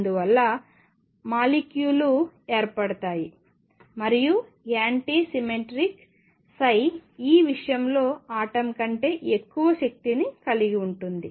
అందువల్ల మాలిక్యూల్లు ఏర్పడతాయి మరియు యాంటీ సిమెట్రిక్ ఈ విషయంలో ఆటమ్ కంటే ఎక్కువ శక్తిని కలిగి ఉంటాయి